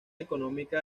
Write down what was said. económica